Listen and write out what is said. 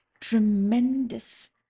tremendous